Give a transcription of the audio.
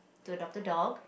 to adopt a dog